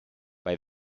bei